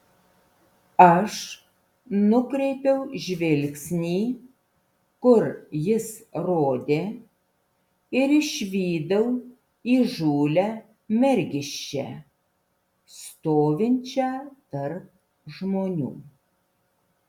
aš nukreipiau žvilgsnį kur jis rodė ir išvydau įžūlią mergiščią stovinčią tarp žmonių